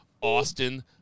Austin